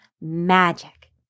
magic